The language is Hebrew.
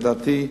לדעתי,